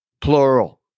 plural